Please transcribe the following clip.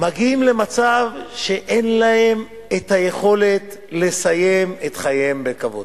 מגיעים למצב שאין להם היכולת לסיים את חייהם בכבוד.